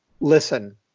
listen